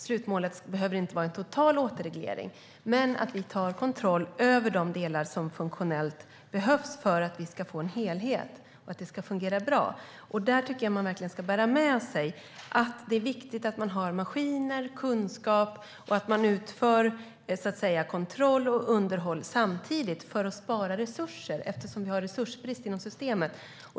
Slutmålet behöver inte vara en total återreglering, men vi ska ta kontroll över de delar där det funktionellt behövs för att vi ska få en helhet och för att det ska fungera bra. Jag tycker att man ska bära med sig att det är viktigt att ha maskiner och kunskap och att kontroll och underhåll utförs samtidigt för att spara resurser, eftersom vi har resursbrist inom systemet.